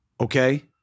okay